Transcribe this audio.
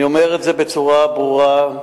אני אומר בצורה ברורה: